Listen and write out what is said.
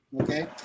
Okay